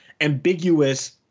ambiguous